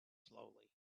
slowly